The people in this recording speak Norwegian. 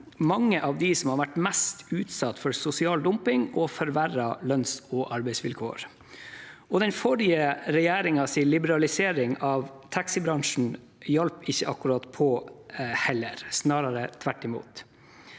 mange av dem som har vært mest utsatt for sosial dumping og forverrede lønns- og arbeidsvilkår. Den forrige regjeringens liberalisering av taxibransjen hjalp ikke akkurat på det, snarere tvert imot.